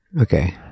Okay